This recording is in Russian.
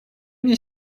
мне